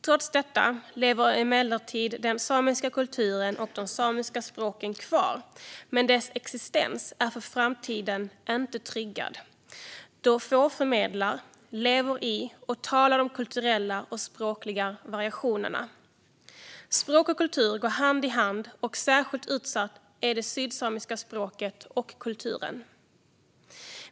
Trots detta lever emellertid den samiska kulturen och de samiska språken kvar, men deras existens är inte tryggad för framtiden då få lever i och förmedlar de kulturella variationerna och talar språken. Språk och kultur går hand i hand, och särskilt utsatt är det sydsamiska språket och den sydsamiska kulturen.